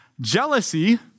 jealousy